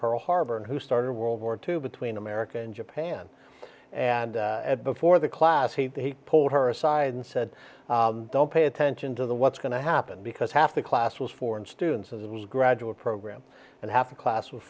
pearl harbor and who started world war two between america and japan and before the class he pulled her aside and said don't pay attention to the what's going to happen because half the class was foreign students it was graduate program and half the class was